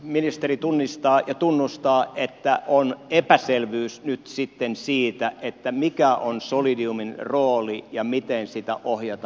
ministeri tunnistaa ja tunnustaa että on epäselvyys nyt sitten siitä mikä on solidiumin rooli ja miten sitä ohjataan ja johdetaan